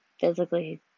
physically